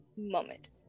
moment